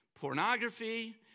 pornography